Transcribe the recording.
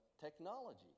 technology